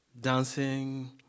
dancing